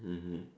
mmhmm